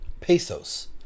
pesos